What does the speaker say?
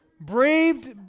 braved